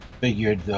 figured